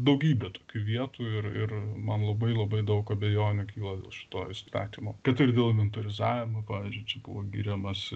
daugybė tokių vietų ir ir man labai labai daug abejonių kyla dėl šito įstatymo kad ir dėl inventorizavimo pavyzdžiui čia buvo giriamas